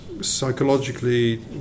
psychologically